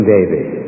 David